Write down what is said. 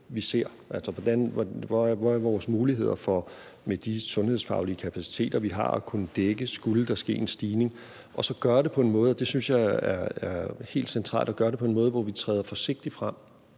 vi ser, og hvad der er vores muligheder for med de sundhedsfaglige kapaciteter, vi har, at kunne dække det, hvis der skulle ske en stigning, og så gøre det på en måde – og det synes jeg er helt centralt – hvor vi træder forsigtigt frem